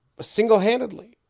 single-handedly